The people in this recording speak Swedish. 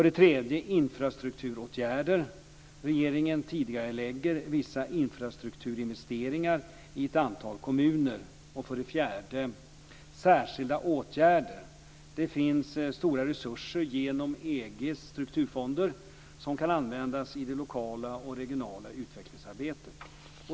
Det finns stora resurser genom EG:s strukturfonder som kan användas i det lokala och regionala utvecklingsarbetet.